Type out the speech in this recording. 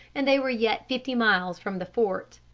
and they were yet fifty miles from the fort.